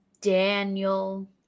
daniel